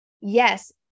Yes